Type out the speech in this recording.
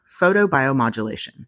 photobiomodulation